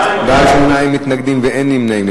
בעד, 8, אין מתנגדים ואין נמנעים.